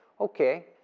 Okay